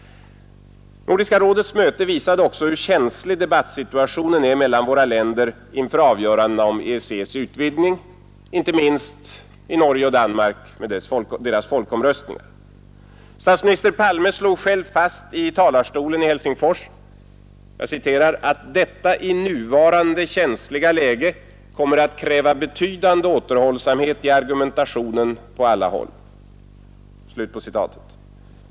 Nordiska rådets möte visade också hur känslig debattsituationen är mellan våra länder inför avgörandena om EEC:s utvidgning, inte minst i Norge och Danmark med deras folkomröstningar. Statsminister Palme slog själv fast i talarstolen i Helsingfors ”att detta, i nuvarande känsliga läge, kommer att kräva betydande återhållsamhet i argumentationen på alla håll”.